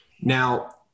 Now